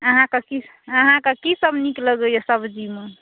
अहाँके की अहाँके कीसभ नीक लगैए सब्जीमे